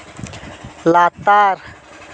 ᱞᱟᱛᱟᱨ